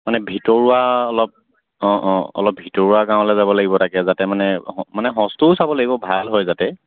মানে ভিতৰুৱা অলপ অঁ অঁ অলপ ভিতৰুৱা গাঁৱলৈ যাব লাগিব তাকে যাতে মানে মানে সঁচটোও চাব লাগিব ভাল হয় যাতে